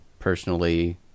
Personally